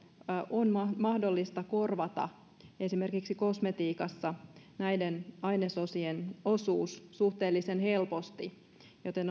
on mahdollista korvata esimerkiksi kosmetiikassa näiden ainesosien osuus suhteellisen helposti joten